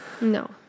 No